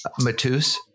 Matus